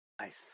Nice